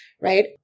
right